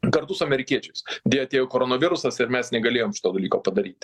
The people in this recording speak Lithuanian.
kartu su amerikiečiais deja atėjo koronavirusas ir mes negalėjom šito dalyko padaryt